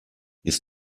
ist